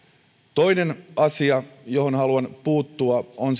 toinen asia johon haluan puuttua on